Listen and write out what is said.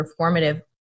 performative